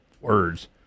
words